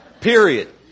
Period